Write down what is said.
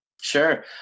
Sure